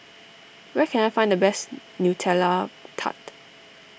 where can I find the best Nutella Tart